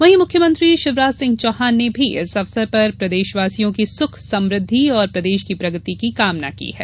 वहीं मुख्यमंत्री शिवराज सिंह चौहान ने भी इस अवसर पर प्रदेशवासियों की सुख समृद्धि और प्रदेश की प्रगति की कामना की है